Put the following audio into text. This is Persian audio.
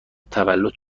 تولد